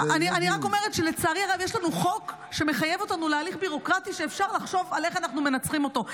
יש שיש מתחת שמותר להורים לכתוב שם מה שהם רוצים.